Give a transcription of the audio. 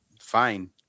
fine